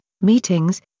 meetings